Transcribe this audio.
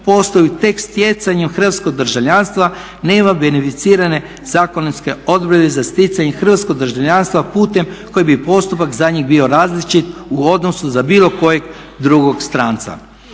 postaju tek stjecanjem hrvatskog državljanstva nema beneficirane zakonske odredbe za sticanje hrvatskog državljanstva putem koji bi postupak za njih bio različit u odnosu za bilo kojeg drugog stranca.